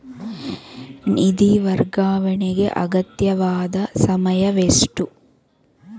ನಿಧಿ ವರ್ಗಾವಣೆಗೆ ಅಗತ್ಯವಾದ ಸಮಯವೆಷ್ಟು?